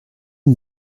une